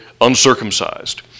uncircumcised